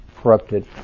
corrupted